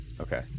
Okay